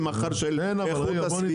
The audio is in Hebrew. ומחר של איכות הסביבה.